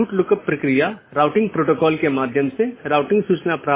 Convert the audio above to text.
जैसा कि हमने पाथ वेक्टर प्रोटोकॉल में चर्चा की है कि चार पथ विशेषता श्रेणियां हैं